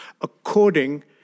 according